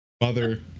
Mother